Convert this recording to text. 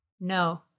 No